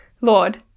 Lord